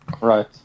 Right